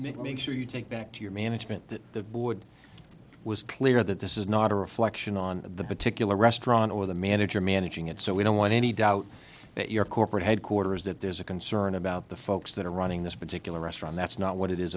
make make sure you take back to your management that the board was clear that this is not a reflection on the particular restaurant or the manager managing it so we don't want any doubt that your corporate headquarters that there's a concern about the folks that are running this particular restaurant that's not what it is